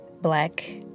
black